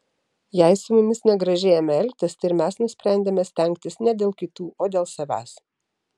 jei su mumis negražiai ėmė elgtis tai ir mes nusprendėme stengtis ne dėl kitų o dėl savęs